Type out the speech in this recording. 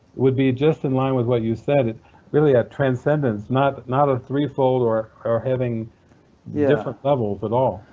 would be just in line with what you said, it's really a transcendence, not not a three-fold or or having yeah different levels at all.